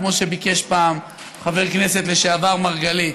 כמו שביקש פעם חבר הכנסת לשעבר מרגלית,